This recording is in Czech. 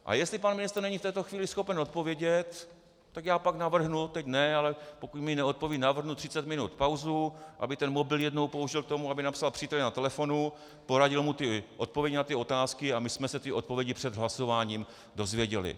A jestli pan ministr není v této chvíli schopen odpovědět, tak já pak navrhnu, teď ne, ale pokud mi neodpoví, navrhnu 30 minut pauzu, aby ten mobil jednou použil k tomu, aby napsal příteli na telefonu, poradil mu ty odpovědi na ty otázky a my jsme se ty odpovědi před hlasováním dozvěděli.